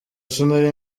sinari